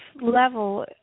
level